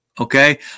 Okay